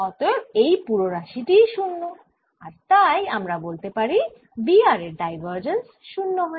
অতএব এই পুরো রাশি টিই 0 আর তাই আমরা বলতে পারি B r এর ডাইভার্জেন্স 0 হয়